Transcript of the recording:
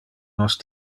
nos